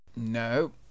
no